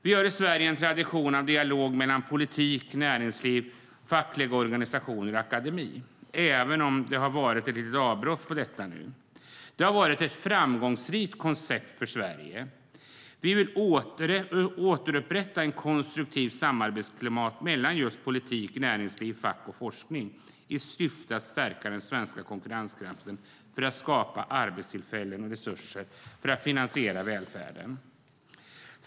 Vi har i Sverige en tradition av dialog mellan politik, näringsliv, fackliga organisationer och akademi även om det har varit ett litet avbrott i detta nu. Det har varit ett framgångsrikt koncept för Sverige. Vi vill återupprätta ett konstruktivt samarbetsklimat mellan just politik, näringsliv, fack och forskning i syfte att stärka den svenska konkurrenskraften och skapa arbetstillfällen och resurser för att finansiera välfärden.